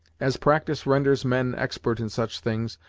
as practice renders men expert in such things,